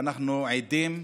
אנחנו עדים,